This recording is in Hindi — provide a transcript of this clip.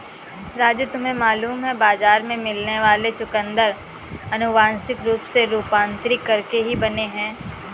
राजू तुम्हें मालूम है बाजार में मिलने वाले चुकंदर अनुवांशिक रूप से रूपांतरित करके ही बने हैं